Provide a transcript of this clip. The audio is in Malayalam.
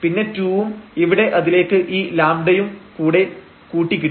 പിന്നെ 2 ഉം ഇവിടെ അതിലേക്ക് ഈ λ ഉം കൂടെ കൂട്ടി കിട്ടി